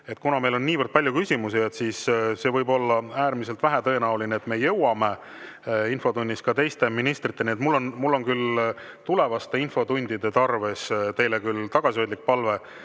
kuna meil on niivõrd palju küsimusi, siis see võib olla äärmiselt vähetõenäoline, et me jõuame infotunnis ka teiste ministriteni. Nii et mul on küll tulevaste infotundide tarvis teile tagasihoidlik palve,